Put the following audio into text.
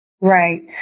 Right